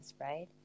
right